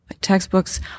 textbooks